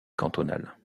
cantonale